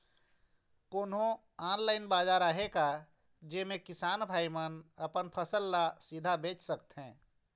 कोन्हो ऑनलाइन बाजार आहे का जेमे किसान भाई मन अपन फसल ला सीधा बेच सकथें?